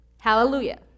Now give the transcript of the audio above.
hallelujah